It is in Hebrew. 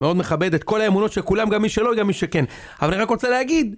מאוד מכבד את כל האמונות של כולם, גם מי שלא וגם מי שכן. אבל אני רק רוצה להגיד...